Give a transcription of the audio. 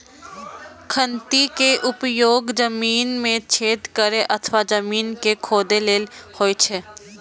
खंती के उपयोग जमीन मे छेद करै अथवा जमीन कें खोधै लेल होइ छै